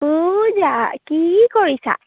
ঔৰা কি কৰিছা